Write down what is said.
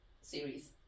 series